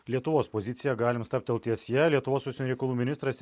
lietuvos pozicija galim stabtelt ties ja lietuvos užsienio reikalų ministras